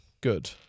Good